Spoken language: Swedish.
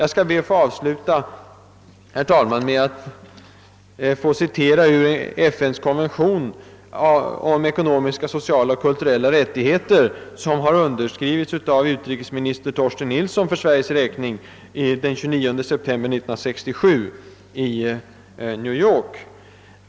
Jag skall be att få avsluta med att citera ur FN:s konvention om ekonomiska, sociala och kulturella rättigheter, som har undertecknats av utrikesminister Torsten Nilsson för Sveriges räkning den 29 september 1967 i New York.